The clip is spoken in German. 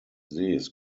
sees